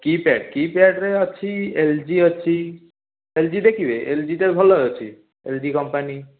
କୀ pad key ପ୍ୟାଡ଼୍ରେ ଅଛି L G ଅଛି ଏଲ ଜି ଦେଖିବେ ଏଲଜିଟା ଭଲ ଅଛି ଏଲ ଜି କମ୍ପାନୀ